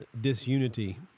disunity